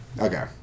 Okay